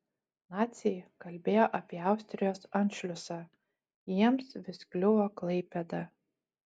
naciai kalbėjo apie austrijos anšliusą jiems vis kliuvo klaipėda